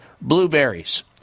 blueberries